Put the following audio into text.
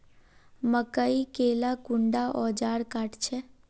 मकई के ला कुंडा ओजार काट छै?